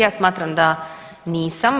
Ja smatram da nisam.